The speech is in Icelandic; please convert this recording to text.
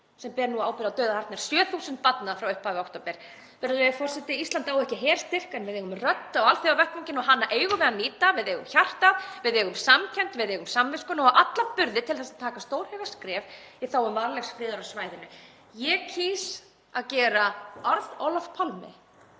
sem ber nú ábyrgð á dauða hartnær 7.000 barna frá upphafi október. Virðulegi forseti. Ísland á ekki herstyrk en við eigum rödd á alþjóðavettvangi og hana eigum við að nýta. Við eigum hjarta, við eigum samkennd, við eigum samvisku og höfum alla burði til þess að taka stórhuga skref í þágu varanlegs friðar á svæðinu. Ég kýs að gera orð Olofs Palmes,